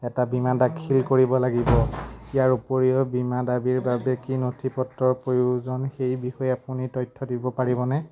এটা বীমা দাখিল কৰিব লাগিব ইয়াৰ উপৰিও বীমা দাবীৰ বাবে কি নথিপত্ৰৰ প্ৰয়োজন সেই বিষয়ে আপুনি তথ্য দিব পাৰিবনে